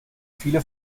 viele